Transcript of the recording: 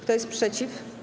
Kto jest przeciw?